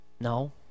No